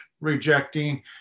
rejecting